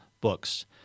books